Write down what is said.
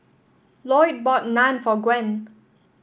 Loyd bought Naan for Gwen